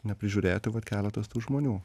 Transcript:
neprižiūrėti vat keletas tų žmonių